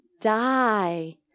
Die